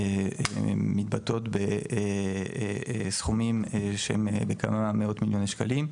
הן מתבטאות בסכומים של כמה מאות מיליוני שקלים,